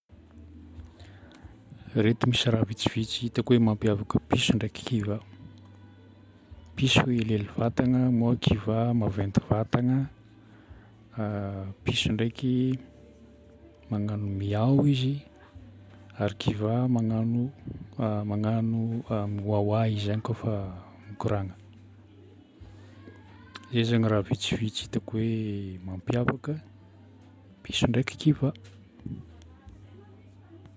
Ireto misy raha vitsivitsy hitako hoe mampiavaka piso ndraiky kiva. Piso helihely vatagna moa kiva maventy vatagna. Piso ndraiky magnano miao izy, ary kiva magnano, magnano mioaoa izy zany koa fa mikoragna. Zay zany raha vitsivitsy hitako mampiavaka piso ndraiky kiva.